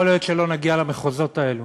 יכול להיות שלא נגיע למחוזות האלה.